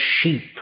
sheep